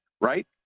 right